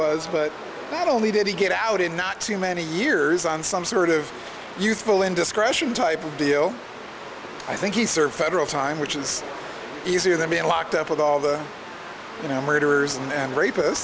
was but not only did he get out in not too many years on some sort of youthful indiscretion type deal i think he served federal time which is easier than being locked up with all the you know murderers and rapists